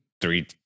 Three